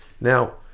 Now